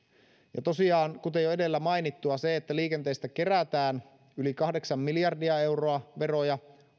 ja tosiaan kuten jo edellä on mainittu kun liikenteestä kerätään yli kahdeksan miljardia euroa veroja ja